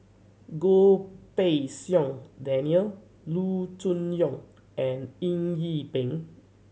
Goh Pei Siong Daniel Loo Choon Yong and Eng Yee Peng